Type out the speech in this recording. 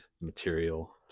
material